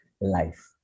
life